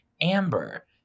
amber